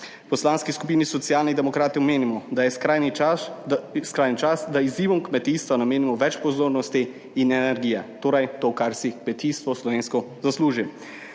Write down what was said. Poslanski skupini Socialnih demokratov menimo, da je skrajni čas, da izzivom kmetijstva namenimo več pozornosti in energije, torej to, kar si kmetijstvo slovensko zasluži.